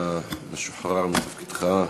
אתה משוחרר מתפקידך.